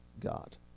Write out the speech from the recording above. God